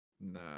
Nah